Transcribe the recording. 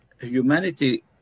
Humanity